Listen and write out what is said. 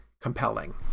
compelling